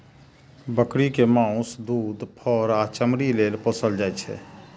बकरी कें माउस, दूध, फर आ चमड़ी लेल पोसल जाइ छै